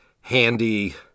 handy